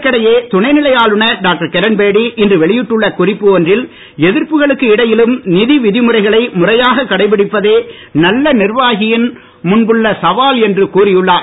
இதற்கிடையே துணை நிலை ஆளுநர் டாக்டர் கிரண்பேடி இன்று வெளியிட்டுள்ள குறிப்பு ஒன்றில் எதிர்ப்புகளுக்கு இடையிலும் நிதி விதிமுறைகளை முறையாக கடைபிடிப்பதே நல்ல நிர்வாகியின் முன்புள்ள சவால் என்றும் கூறி உள்ளார்